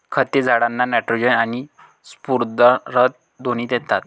खते झाडांना नायट्रोजन आणि स्फुरद दोन्ही देतात